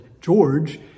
George